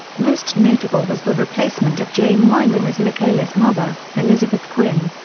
most notable was the replacement of jane wyman as michaela's mother, elizabeth quinn.